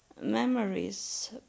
memories